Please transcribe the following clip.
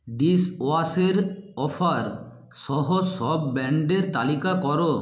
ডিশওয়াশের offer সহ সব ব্র্যান্ডের তালিকা করো